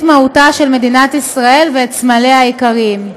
מהותה של מדינת ישראל ואת סמליה העיקריים.